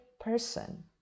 person